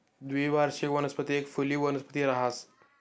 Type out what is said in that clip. द्विवार्षिक वनस्पती एक फुली वनस्पती रहास